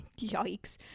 Yikes